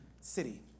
city